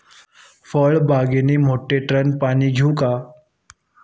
फळबागांना मोटारने पाणी द्यावे का?